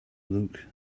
look